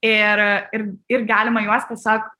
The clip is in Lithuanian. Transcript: ir ir ir galima juos tiesiog